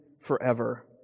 forever